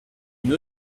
une